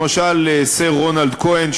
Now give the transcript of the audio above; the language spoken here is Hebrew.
למשל סר רונלד כהן,